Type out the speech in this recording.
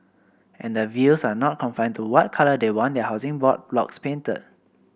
and their views are not confined to what colour they want their Housing Board blocks painted